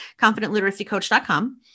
Confidentliteracycoach.com